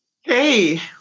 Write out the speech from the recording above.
Hey